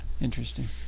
Interesting